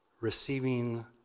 receiving